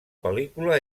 pel·lícula